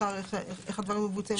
אחר איך הדברים מבוצעים?